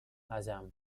asam